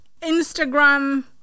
Instagram